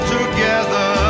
together